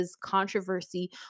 controversy